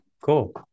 cool